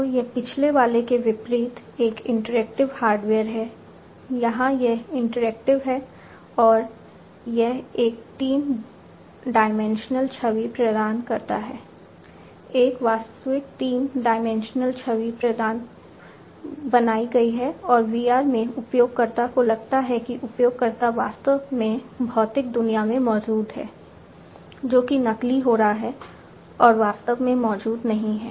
तो यह पिछले वाले के विपरीत एक इंटरैक्टिव छवि बनाई गई है और VR में उपयोगकर्ता को लगता है कि उपयोगकर्ता वास्तव में भौतिक दुनिया में मौजूद है जो कि नकली हो रहा है और वास्तव में मौजूद नहीं है